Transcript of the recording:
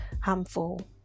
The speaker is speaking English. harmful